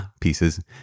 pieces